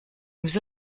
nous